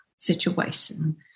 situation